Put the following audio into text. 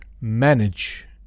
manage